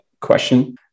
question